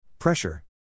Pressure